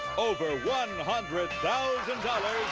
over one hundred thousand dollars